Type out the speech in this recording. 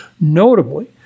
Notably